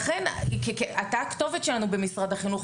לכן אתה הכתובת שלנו במשרד החינוך,